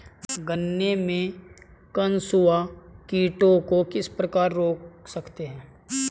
गन्ने में कंसुआ कीटों को किस प्रकार रोक सकते हैं?